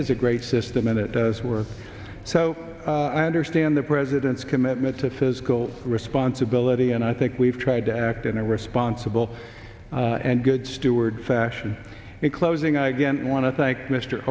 is a great system and it does work so i understand the president's commitment to fiscal responsibility and i think we've tried to act in a responsible and good stewards fashion in closing i again want to thank mr